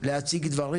להציג דברים.